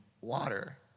water